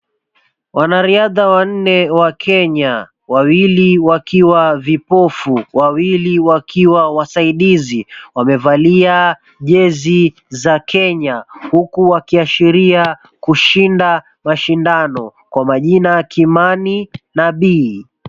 Wanariadha wanne wa Kenya, wawili wakiwa vipofu, wawili wakiwa wasaidizi. Wamevalia jezi za Kenya huku wakiashiria kushinda mashindano. Kwa majina Kimani na B𝑖i.